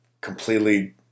completely